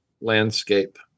landscape